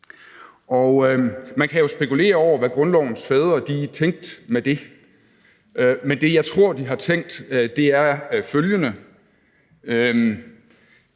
Man kan jo spekulere over, hvad grundlovens fædre tænkte med det, men det, jeg tror de har tænkt, er følgende: